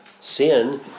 sin